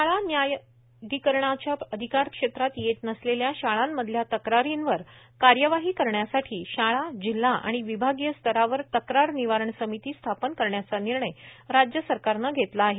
शाळा न्यायाधिकरणाच्या अधिकार क्षेत्रात येत नसलेल्या शाळांमधल्या तक्रारींवर कार्यवाही करण्यासाठी शाळा जिल्हा आणि विभागीय स्तरावर तक्रार निवारण समिती स्थापन करण्याचा निर्णय राज्य सरकारनं घेतला आहे